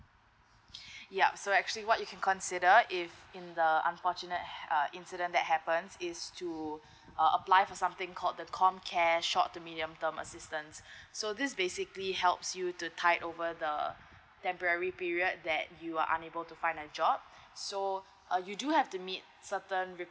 yup so actually what you can consider if in the unfortunate uh incident that happens is to uh apply for something called the comcare short to medium term assistance so this basically helps you to tied over the temporary period that you are unable to find a job so uh you do have to meet certain